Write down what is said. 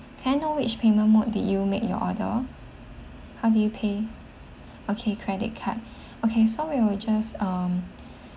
can I know which payment mode did you make your order how did you pay okay credit card okay so we will just um